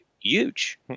huge